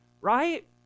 right